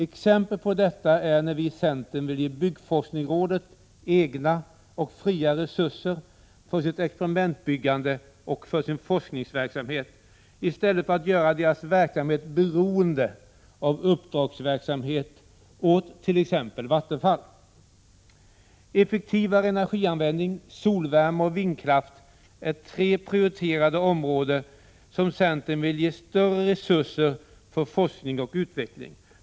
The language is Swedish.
Exempel på detta är när vi i centern vill ge byggforskningsrådet egna och fria resurser för sitt experimentbyggande och för sin forskningsverksamhet i stället för att göra verksamheten beroende av uppdragsverksamhet åt t.ex. Vattenfall. Effektivare energianvändning, solvärme och vindkraft är tre prioriterade områden som centern vill ge större resurser för forskning och utveckling.